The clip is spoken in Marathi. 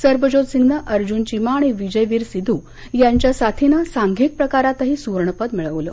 सरबजोतनं अर्जुन चिमा आणि विजयवीर सिधू यांच्या साथीनं सांधिक प्रकारातही सुवर्णपदक मिळवलं